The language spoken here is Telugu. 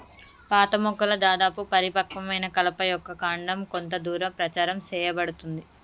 పాత మొక్కల దాదాపు పరిపక్వమైన కలప యొక్క కాండం కొంత దూరం ప్రచారం సేయబడుతుంది